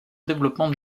développement